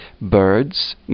birds